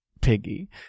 Piggy